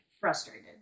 frustrated